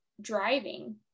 driving